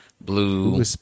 blue